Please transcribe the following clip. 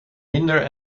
minder